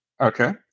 Okay